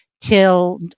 till